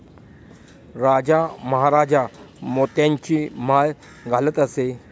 राजा महाराजा मोत्यांची माळ घालत असे